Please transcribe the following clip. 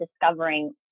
discovering